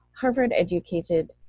Harvard-educated